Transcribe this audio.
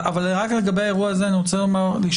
רק לגבי האירוע הזה אני רוצה לשאול.